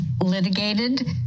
litigated